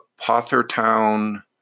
Pothertown